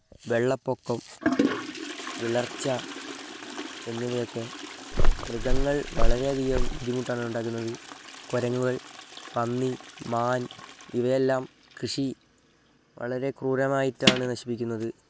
വെള്ളപ്പൊക്കം വിളർച്ച എന്നിവയൊക്കെ മൃഗങ്ങൾ വളരെയധികം ബുദ്ധിമുട്ടാണ് ഉണ്ടാക്കുന്നത് കുരങ്ങുകൾ പന്നി മാൻ ഇവയെല്ലാം കൃഷി വളരെ ക്രൂരമായിട്ടാണു നശിപ്പിക്കുന്നത്